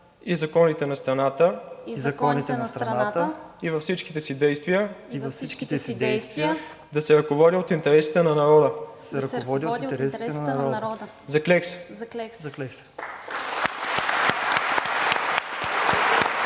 и законите на страната и във всичките си действия да се ръководя от интересите на народа. Заклех се!“